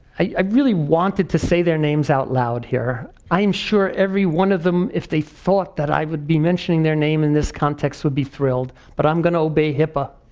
i really wanted to say their names out loud here. i am sure every one of them, if they thought that i would be mentioning their name in this context would be thrilled, but i'm going to obey hipaa.